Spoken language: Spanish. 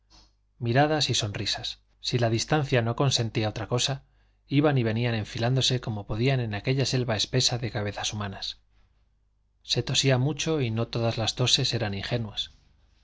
miradas y sonrisas si la distancia no consentía otra cosa iban y venían enfilándose como podían en aquella selva espesa de cabezas humanas se tosía mucho y no todas las toses eran ingenuas